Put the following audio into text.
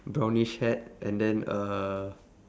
brownish hat and then uh